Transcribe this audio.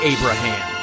Abraham